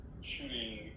shooting